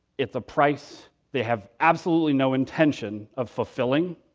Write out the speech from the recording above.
it's a price they have absolutely no intention of fulfilling,